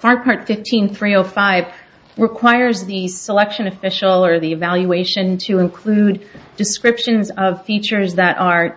part fifteen three o five requires the selection official or the evaluation to include descriptions of features that are